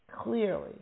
clearly